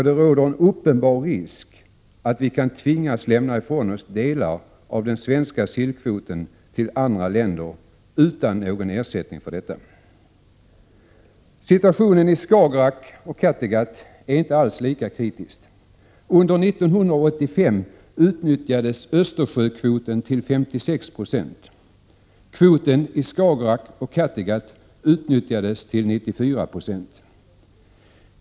Det råder en uppenbar risk att vi kan tvingas lämna ifrån oss delar av den svenska sillkvoten till andra länder utan någon ersättning för detta. Situationen i Skagerrak och Kattegatt är inte alls lika kritisk. Under 1985 utnyttjades Östersjökvoten till 56 96. Kvoten i Skagerrak och Kattegatt utnyttjades till 94 96.